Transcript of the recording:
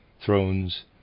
thrones